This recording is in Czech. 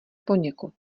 poněkud